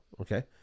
okay